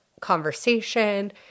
conversation